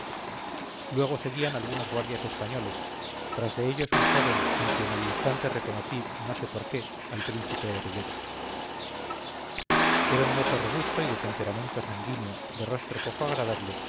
luego seguían algunos guardias españoles tras de ellos un joven en quien al instante reconocí no sé por qué al príncipe heredero era un mozo robusto y de temperamento sanguíneo de rostro poco agradable